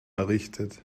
errichtet